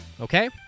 okay